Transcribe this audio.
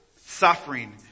Suffering